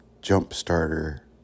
jump-starter